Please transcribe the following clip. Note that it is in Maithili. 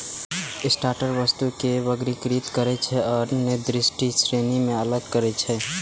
सॉर्टर वस्तु कें वर्गीकृत करै छै आ निर्दिष्ट श्रेणी मे अलग करै छै